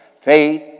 Faith